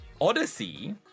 Odyssey